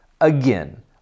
Again